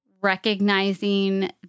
recognizing